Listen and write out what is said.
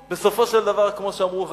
בסופו של דבר היו כמו שאמרו חכמים,